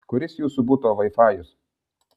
kuris jūsų buto vaifajus